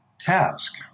task